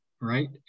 right